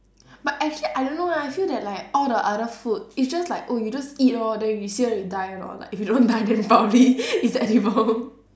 but actually I don't know lah I feel that like all the other food it's just like oh you just eat lor then you see whether you die or not like if you don't die then probably it's edible